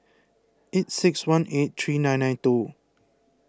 eight six one eight three nine nine two